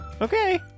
okay